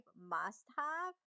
must-have